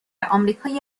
آمریکای